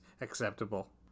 acceptable